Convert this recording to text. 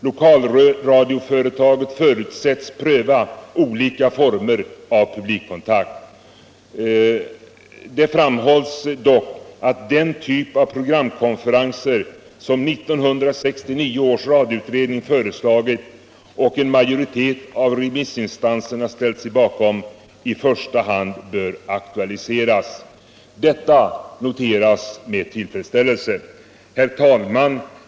Lokalradioföretaget förutsätts pröva olika former av publikkontakt. Det framhålls dock att den typ av programkonferenser som 1969 års radioutredning föreslagit och en majoritet av remissinstanserna har ställt sig bakom i första hand bör aktualiseras. Detta noteras med tillfredsställelse. Herr talman!